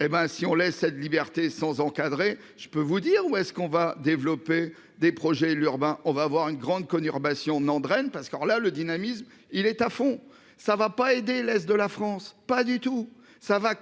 Eh ben si on laisse cette liberté sans encadré. Je peux vous dire où est-ce qu'on va développer des projets urbains, on va avoir une grande conurbation Nandrin parce qu'là le dynamisme. Il est à fond, ça va pas aider l'Est de la France. Pas du tout, ça va